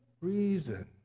reason